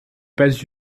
pas